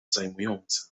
zajmującą